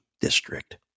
district